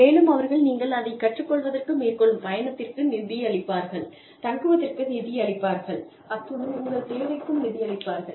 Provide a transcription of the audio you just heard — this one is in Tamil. மேலும் அவர்கள் நீங்கள் அதை கற்றுக் கொள்வதற்கு மேற்கொள்ளும் பயணத்திற்கு நிதியளிப்பார்கள் தங்குவதற்கு நிதியளிப்பார்கள் அத்துடன் உங்கள் தேவைக்கும் நிதியளிப்பார்கள்